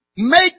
Make